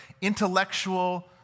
intellectual